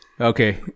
Okay